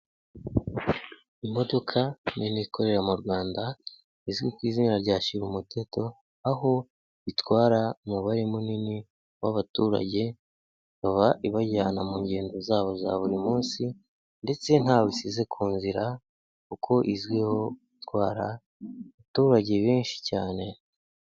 Imodoka nini ikorera mu Rwanda izwi ku izina rya shyirumuteto, aho itwara umubare munini w'abaturage, ikaba ibajyana mu ngendo zabo za buri munsi ndetse ntawe isize ku nzira, kuko izwiho gutwara abaturage benshi cyane.